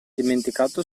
dimenticato